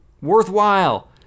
worthwhile